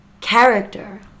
character